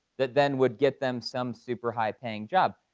that then would get them some super high paying job.